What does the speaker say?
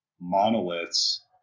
monoliths